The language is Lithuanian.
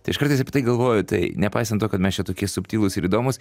tai aš kartais apie tai galvoju tai nepaisant to kad mes čia tokie subtilūs ir įdomūs